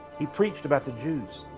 he preached about the jews,